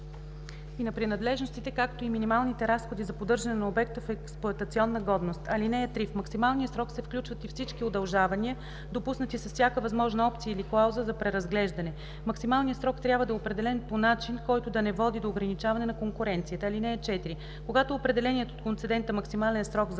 и на принадлежностите, както и минималните разходи за поддържане на обекта в експлоатационна годност. (3) В максималния срок се включват и всички удължавания, допуснати с всяка възможна опция или клауза за преразглеждане. Максималният срок трябва да е определен по начин, който да не води до ограничаване на конкуренцията. (4) Когато определеният от концедента максимален срок за